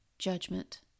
judgment